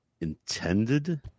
intended